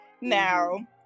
now